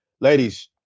ladies